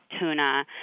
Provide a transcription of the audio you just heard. tuna